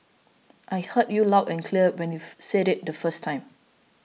I heard you loud and clear when you said it the first time